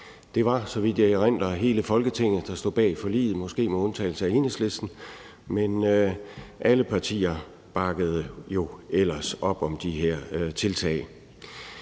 Det var, så vidt jeg erindrer, hele Folketinget, der stod bag forliget. Måske var det med undtagelse af Enhedslisten, men ellers bakkede alle partier jo op om de her tiltag.